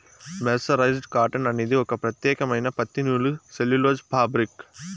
mercerised cotton అనేది ఒక ప్రత్యేకమైన పత్తి నూలు సెల్యులోజ్ ఫాబ్రిక్